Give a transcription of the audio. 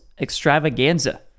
extravaganza